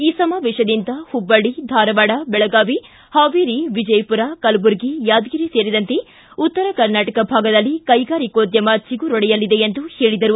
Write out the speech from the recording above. ಈ ಸಮಾವೇಶದಿಂದ ಹುಬ್ಲಳ್ಳಿ ಧಾರವಾಡ ಬೆಳಗಾವಿ ಹಾವೇರಿ ವಿಜಯಪುರ ಕಲುಬುರಗಿ ಯಾದಗಿರಿ ಸೇರಿದಂತೆ ಉತ್ತರ ಕರ್ನಾಟಕ ಭಾಗದಲ್ಲಿ ಕೈಗಾರಿಕೋದ್ಯಮ ಚಿಗುರೊಡೆಯಲಿದೆ ಎಂದು ಹೇಳಿದರು